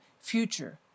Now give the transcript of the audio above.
future